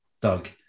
Doug